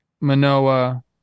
Manoa